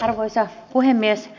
arvoisa puhemies